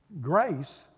Grace